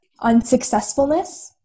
unsuccessfulness